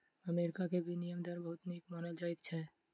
America के विनिमय दर बहुत नीक मानल जाइत अछि